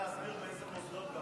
תוכל להסביר באילו מוסדות.